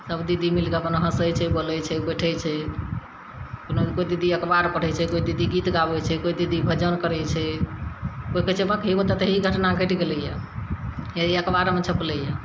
सभ दीदी मिलिके अपन हँसै छै बोलै छै बैठै छै कोनो कोइ दीदी अखबार पढ़ै छै कोइ दीदी गीत गाबै छै कोइ दीदी भजन करै छै कोइ कहै छै भक ओतए तऽ ई घटना घटि गेलै यऽ हे ई अखबारमे छपलै यऽ